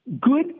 good